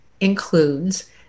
includes